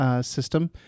system